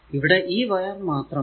ഇവിടെ ഈ വയർ മാത്രമാണ്